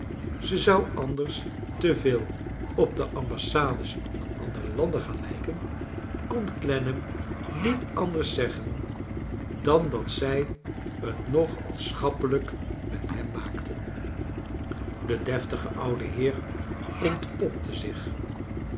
ze zou anders te veel op de ambassades van andere landen gaan lijken kon clennam niet anders zeggen dan dat zij t nog al schappelijk met hem maakten de deftige oude heer ontpopte zich